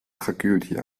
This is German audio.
tragödie